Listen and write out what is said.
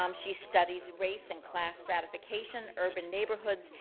um she studies race and class stratification, urban neighborhoods,